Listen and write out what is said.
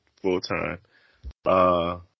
full-time